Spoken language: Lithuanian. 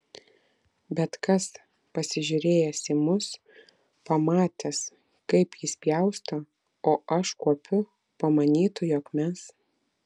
bet kas pasižiūrėjęs į mus pamatęs kaip jis pjausto o aš kuopiu pamanytų jog mes